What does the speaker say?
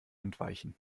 entweichen